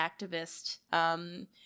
activist